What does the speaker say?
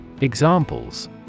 Examples